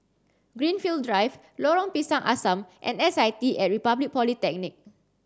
Greenfield Drive Lorong Pisang Asam and S I T at Republic Polytechnic